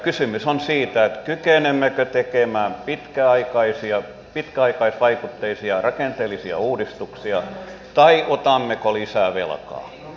kysymys on siitä kykenemmekö tekemään pitkäaikaisvaikutteisia rakenteellisia uudistuksia vai otammeko lisää velkaa